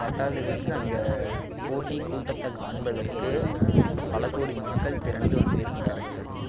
பத்தாதுக்கு அந்த போட்டி கூட்டத்தை காண்பதற்கு பல கோடி மக்கள் திரண்டு வந்திருந்தார்கள்